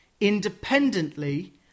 independently